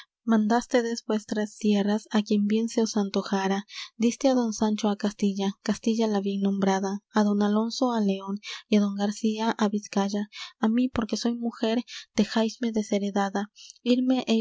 mandástedes vuestras tierras á quien bien se os antojara diste á don sancho á castilla castilla la bien nombrada á don alonso á león y á don garcía á vizcaya á mí porque soy mujer dejáisme desheredada irme